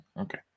okay